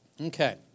Okay